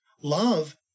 Love